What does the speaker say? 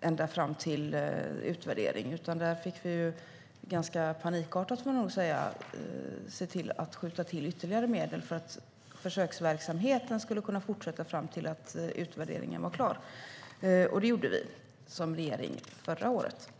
ända fram till utvärderingen. Vi fick ganska panikartat, får jag nog säga, skjuta till ytterligare medel för att försöksverksamheten skulle kunna fortsätta fram till att utvärderingen var klar. Det gjorde regeringen förra året.